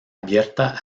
abierta